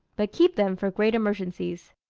but keep them for great emergencies.